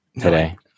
today